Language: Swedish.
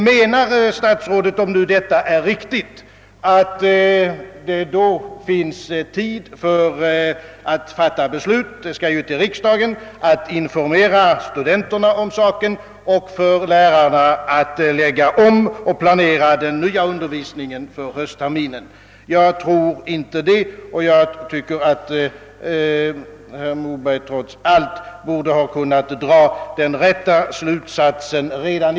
Menar statsrådet, om nu detta är riktigt, att det då finns tid för att fatta beslut ärendet skall ju föreläggas riksdagen att informera studenterna om saken samt bereda lärarna tillfälle att lägga om undervisningen och planera för höstterminen? Jag tror för min del inte att det finns tid härför, och jag tycker att herr Moberg trots allt borde ha kunnat dra den rätta slutsatsen i dag.